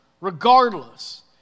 regardless